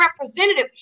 representative